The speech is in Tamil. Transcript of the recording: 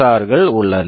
ஆர் SPSR கள் உள்ளன